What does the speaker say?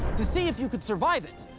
to see if you could survive it.